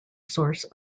source